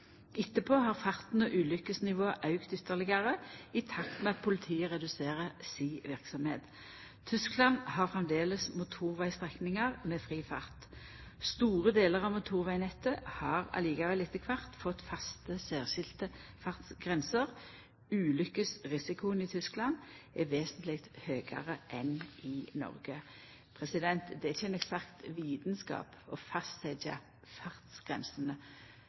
Etterpå har farten og talet på ulykker auka ytterlegare, i takt med at politiet reduserte si verksemd. Tyskland har framleis motorvegstrekningar med fri fart. Store delar av motorvegnettet har likevel etter kvart fått faste særskilde fartsgrenser. Ulykkesrisikoen i Tyskland er vesentleg høgare enn i Noreg. Det er ikkje ein eksakt vitskap å fastsetja fartsgrensene